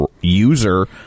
User